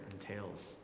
entails